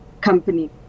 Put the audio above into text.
company